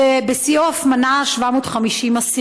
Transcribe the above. ובשיאו אף מנה 750 אסירים.